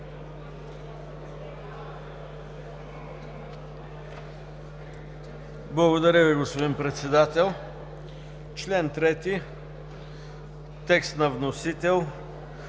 Благодаря Ви, господин Председател. Член 9 – текст на вносител.